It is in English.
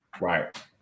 Right